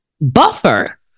buffer